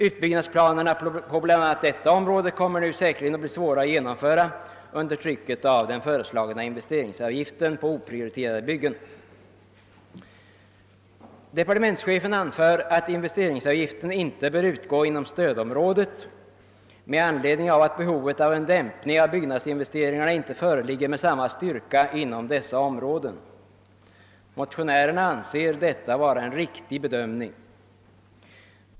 Utbyggnadsplanerna på bl.a. detta område kommer säkerligen att bli svåra att genomföra under trycket av den föreslagna inves teringsavgiften på oprioriterade byggen. Departementschefen anför att investeringsavgiften inte bör utgå inom stödområdet med anledning av att behovet av en dämpning av byggnadsinvesteringarna där inte föreligger med samma styrka. Motionärerna anser detta vara en riktig bedömning.